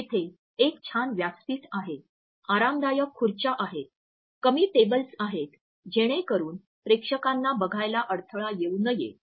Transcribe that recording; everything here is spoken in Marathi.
तेथे एक छान व्यासपीठ आहे आरामदायक खुर्च्या आहेत कमी टेबल्स आहेत जेणेकरुन प्रेक्षकांना बघायला अडथळा येऊ नये